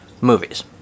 movies